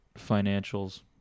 financials